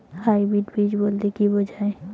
Hybrid বীজ বলতে কী বোঝায়?